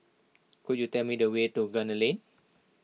could you tell me the way to Gunner Lane